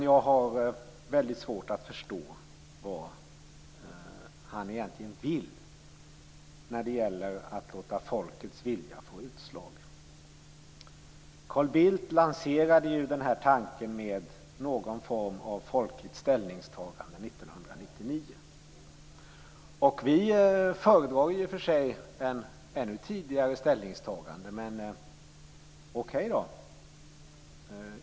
Jag har väldigt svårt att förstå vad han egentligen vill när det gäller att låta folkets vilja få utslag. Carl Bildt lanserade tanken på någon form av folkligt ställningstagande 1999. I och för sig föredrar vi ett ställningstagande ännu tidigare, men okej.